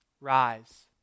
Rise